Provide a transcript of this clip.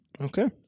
Okay